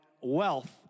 wealth